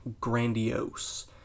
grandiose